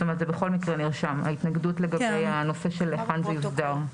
זאת אומרת זה בכל נרשם ההתנגדות לגבי הנושא של היכן זה יוסדר.